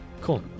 cool